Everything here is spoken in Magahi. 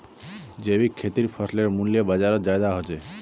जैविक खेतीर फसलेर मूल्य बजारोत ज्यादा होचे